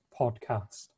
podcast